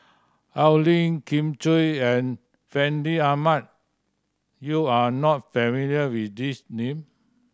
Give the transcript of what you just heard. Al Lim Kin Chui and Fandi Ahmad you are not familiar with these name